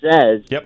says